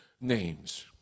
names